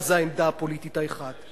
מה זה העמדה הפוליטית האחת?